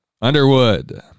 Underwood